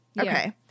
Okay